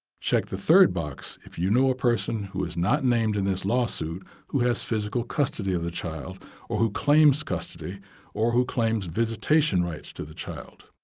check the third box if you know a person who is not named in this lawsuit who has physical custody of the child or who claims custody or who claims visitation rights to the child.